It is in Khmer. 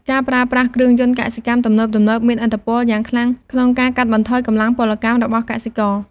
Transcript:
ការប្រើប្រាស់គ្រឿងយន្តកសិកម្មទំនើបៗមានឥទ្ធិពលយ៉ាងខ្លាំងក្នុងការកាត់បន្ថយកម្លាំងពលកម្មរបស់កសិករ។